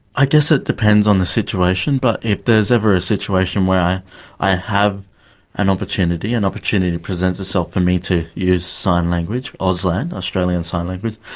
i guess it depends on the situation, but if there's ever a situation where i i have an opportunity, an and opportunity presents itself for me to use sign language, auslan, australian sign language,